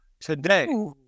Today